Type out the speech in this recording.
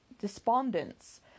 despondence